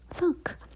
look